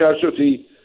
casualty